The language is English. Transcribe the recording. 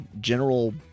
general